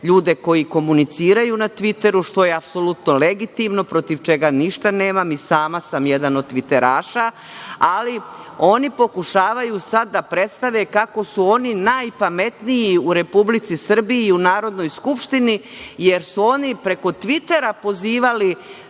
ljude koji komuniciraju na Tviteru, što je apsolutno legitimno, protiv čega ništa nemam, i sama sam jedan od tviteraša, da predstave kako su oni najpametniji u Republici Srbiji, u Narodnoj skupštini jer su oni preko Tvitera pozivali